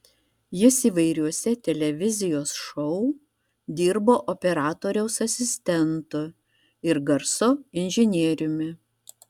jis įvairiuose televizijos šou dirbo operatoriaus asistentu ir garso inžinieriumi